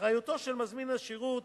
אחריותו של מזמין השירות